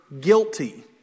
guilty